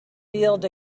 field